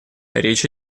речь